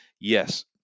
yes